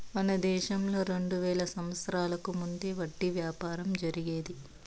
మన దేశంలో రెండు వేల సంవత్సరాలకు ముందే వడ్డీ వ్యాపారం జరిగేది